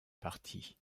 parti